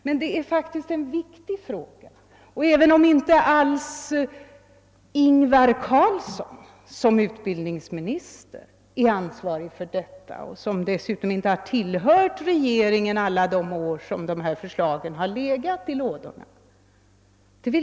Detta är faktiskt en viktig fråga. Nu är Ingvar Carlsson som utbildningsminister inte ansvarig för den, och dessutom har han inte tillhört regeringen alla de år som förslaget har legat i lådorna.